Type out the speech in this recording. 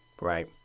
right